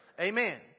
Amen